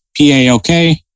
PAOK